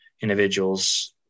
individuals